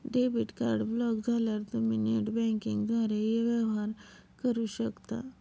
debit card block झाल्यावर तुम्ही net बँकिंगद्वारे वेवहार करू शकता